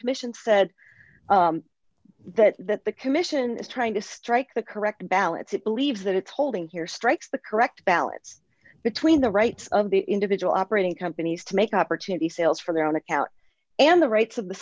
commission said that that the commission is trying to strike the correct balance it believes that it's holding here strikes the correct balance between the rights of the individual operating companies to make opportunity sales for their own account and the rights of the